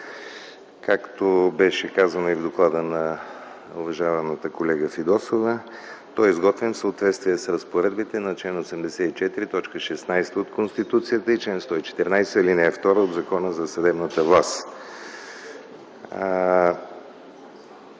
Както беше казано и в доклада на уважаваната колега Фидосова, той е изготвен в съответствие с разпоредбите на чл. 84, т. 16 от Конституцията и чл. 114, ал. 2 от Закона за съдебната власт.